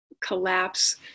collapse